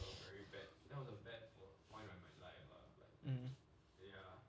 mm